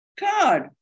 God